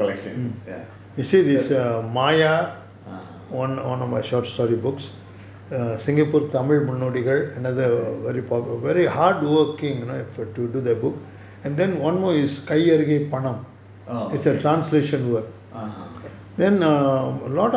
collection ya orh okay